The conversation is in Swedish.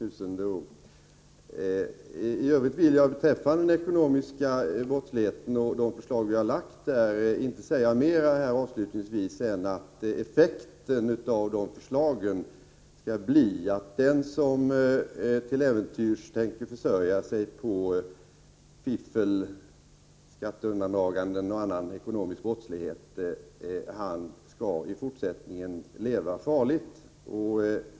rättssäkerhet och integritet IT övrigt vill jag beträffande den ekonomiska brottsligheten och de förslag vi har lagt fram inte säga mera här avslutningsvis än att effekten av de förslagen skall bli att den som till äventyrs tänker försörja sig på fiffel, skatteundandragande och annan ekonomisk brottslighet skall i fortsättningen leva farligt.